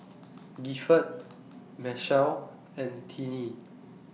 Gifford Machelle and Tinnie